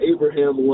Abraham